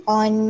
on